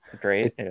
great